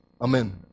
Amen